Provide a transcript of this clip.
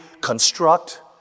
construct